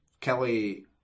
Kelly